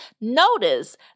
Notice